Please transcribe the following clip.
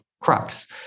crux